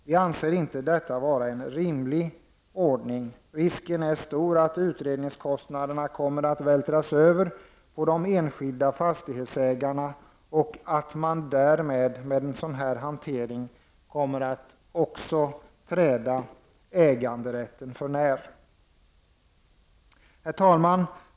Vi anser inte detta vara en rimlig ordning. Risken är stor att utredningskostnader vältras över på den enskilda fastighetsägaren och att man därmed också kommer att träda äganderätten för när. Herr talman!